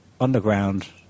underground